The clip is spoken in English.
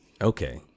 Okay